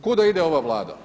Kuda ide ova Vlada?